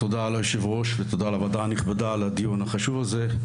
תודה ליושב-ראש ותודה לוועדה הנכבדה על הדיון החשוב הזה.